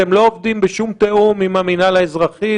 אתם לא עובדים בשום תיאום עם המינהל האזרחי,